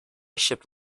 shipped